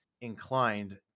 inclined